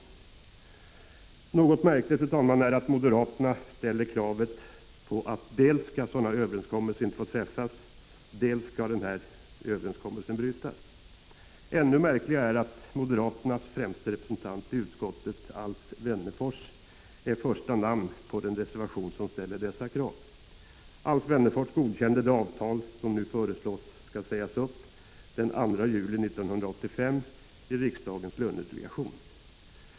Fru talman! Något märkligt är att moderaterna ställer kravet att dels skall sådana överenskommelser inte få träffas, dels skall den här överenskommelsen brytas. Ännu märkligare är att moderaternas främsta representant i utskottet, Alf Wennerfors, är första namn på den reservation som ställer dessa krav. Alf Wennerfors godkände det avtal som nu föreslås bli uppsagt den 2 juli 1985 i riksdagens lönedelegation.